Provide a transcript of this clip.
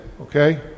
Okay